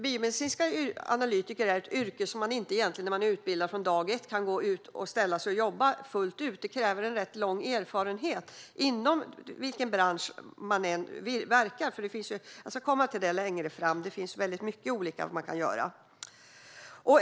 Biomedicinsk analytiker är dessutom ett yrke där man inte egentligen dag ett efter utbildningen kan gå ut och jobba fullt ut; det kräver rätt lång erfarenhet, vilken bransch man än verkar inom. Det finns nämligen många olika saker man kan göra - jag ska komma till det.